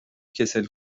کسل